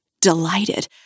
delighted